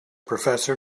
professor